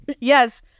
Yes